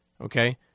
okay